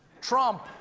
trump